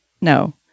no